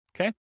Okay